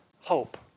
hope